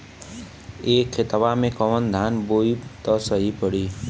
ए खेतवा मे कवन धान बोइब त सही पड़ी?